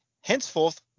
henceforth